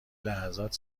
لحظات